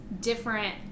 different